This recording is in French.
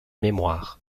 mémoires